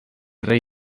rey